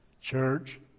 Church